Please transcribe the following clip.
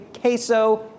Queso